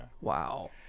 Wow